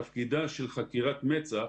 תפקידה של חקירת מצ"ח